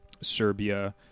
Serbia